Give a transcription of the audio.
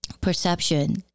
perception